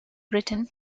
britain